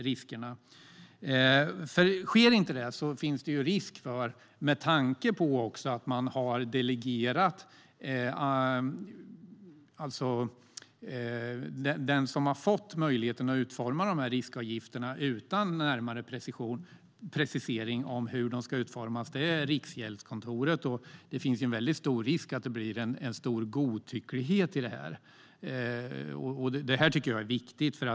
Om detta inte sker finns det risk för att det blir en stor godtycklighet här, med tanke på att man har delegerat. Den som har fått möjligheten att utforma riskavgifterna utan närmare precisering av hur det ska ske är Riksgäldskontoret. Jag tycker att det här är viktigt.